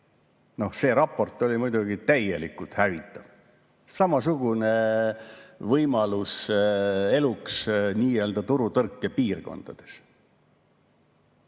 See raport oli muidugi täielikult hävitav. Samasugune võimalus eluks nii-öelda turutõrke piirkondades,